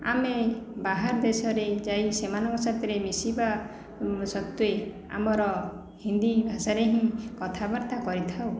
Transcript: ଆମେ ବାହାରଦେଶରେ ଯାଇ ସେମାନଙ୍କ ସାଥିରେ ମିଶିବା ସତ୍ତ୍ଵେ ଆମର ହିନ୍ଦୀ ଭାଷାରେ ହିଁ କଥାବାର୍ତ୍ତା କରିଥାଉ